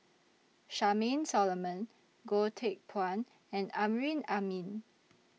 Charmaine Solomon Goh Teck Phuan and Amrin Amin